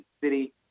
city